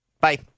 Bye